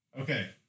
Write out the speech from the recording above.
Okay